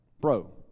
bro